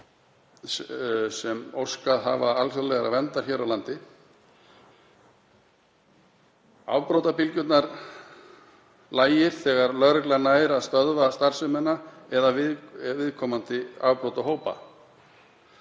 sem óskað hafa alþjóðlegrar verndar hér á landi. Afbrotabylgjurnar lægir þegar lögregla nær að stöðva starfsemina eða viðkomandi afbrotahópar